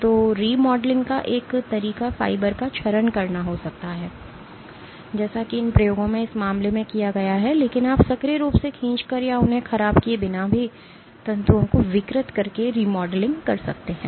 तो रीमॉडेलिंग का एक तरीका फाइबर का क्षरण करना हो सकता है जैसा कि इन प्रयोगों में इस मामले में किया गया है लेकिन आप सक्रिय रूप से खींचकर या उन्हें ख़राब किए बिना भी तंतुओं को विकृत करके रीमॉडेलिंग कर सकते हैं